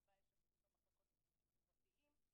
שבה ישפצו את המחלקות לשירותים חברתיים,